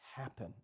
happen